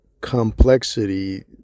complexity